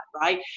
right